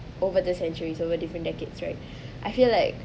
over the centuries over different decades right I feel like